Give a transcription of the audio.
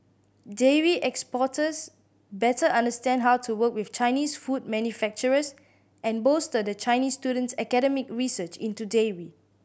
dairy exporters better understand how to work with Chinese food manufacturers and bolster the Chinese student's academic research into dairy